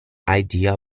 idea